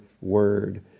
word